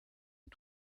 est